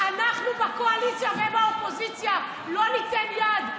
אנחנו בקואליציה ובאופוזיציה לא ניתן יד,